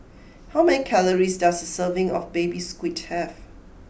how many calories does a serving of Baby Squid have